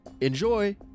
Enjoy